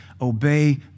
obey